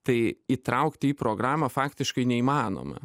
tai įtraukti į programą faktiškai neįmanoma